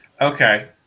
Okay